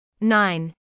Nine